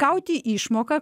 gauti išmoką